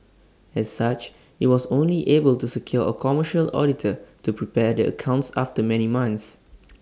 as such IT was only able to secure A commercial auditor to prepare the accounts after many months